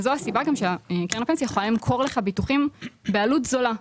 וזו הסיבה גם שקרן הפנסיה יכולה למכור לך ביטוחים בעלות זולה.